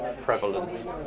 prevalent